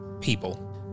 people